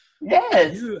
yes